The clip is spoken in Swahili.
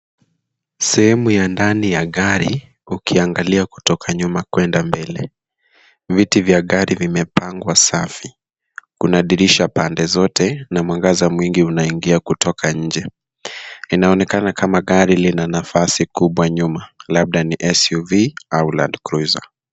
Sehemu ya ndani ya gari ukiangalia kutoka nyuma kwenda mbele. Viti vya gari vimepangwa safi. Kuna dirisha pande zote na mwangaza mwingi unaingia kutoka nje. Inaonekana kama gari lina nafasi kubwa nyuma, labda ni, SUV, au, landcruiser.